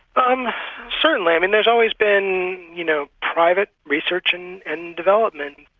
um certainly, i mean there's always been you know private research and and development,